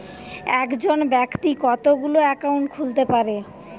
একজন ব্যাক্তি কতগুলো অ্যাকাউন্ট খুলতে পারে?